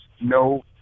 no